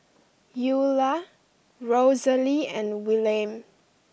Eula Rosalie and Willaim